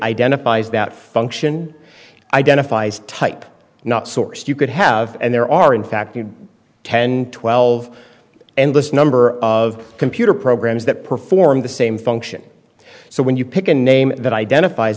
identifies that function identifies type not source you could have and there are in fact a ten twelve endless number of computer programs that perform the same function so when you pick a name that identifies